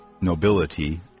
nobility